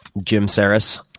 jim saras.